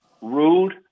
ruled